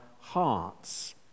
hearts